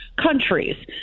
countries